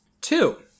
Two